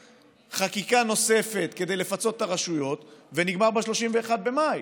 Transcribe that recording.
הצריך חקיקה נוספת כדי לפצות את הרשויות ונגמר ב-31 במאי.